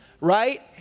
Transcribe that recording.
right